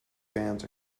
bands